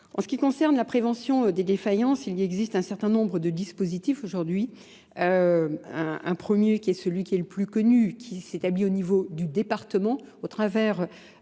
En ce qui concerne la prévention des défaillances, il existe un certain nombre de dispositifs aujourd'hui. Un premier qui est celui qui est le plus connu, qui s'établit au niveau du département, au travers notamment